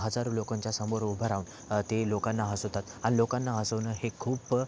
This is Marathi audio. हजारो लोकांच्या समोर उभा राहून ते लोकांना हसवतात आणि लोकांना हसवणं हे खूप